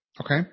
Okay